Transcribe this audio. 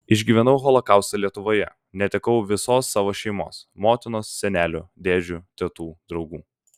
išgyvenau holokaustą lietuvoje netekau visos savo šeimos motinos senelių dėdžių tetų draugų